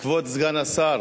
כבוד סגן השר,